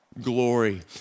glory